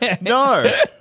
No